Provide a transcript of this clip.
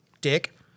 dick